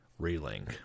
Relink